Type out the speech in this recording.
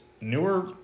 newer